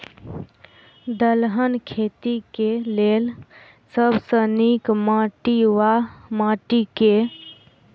दलहन खेती केँ लेल सब सऽ नीक माटि वा माटि केँ?